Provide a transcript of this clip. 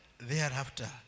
thereafter